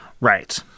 Right